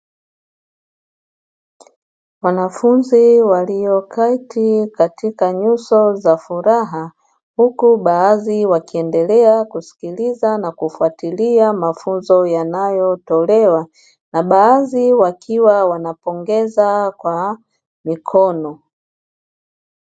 Wanafunzi walioketi katika nyuso za furaha huku baadhi wakiendelea kusikiliza na kufuatilia mafunzo yanayotolewa, na baadhi wakiwa wanapongeza kwa mikono.